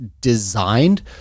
designed